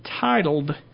titled